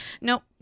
Nope